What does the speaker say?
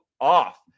off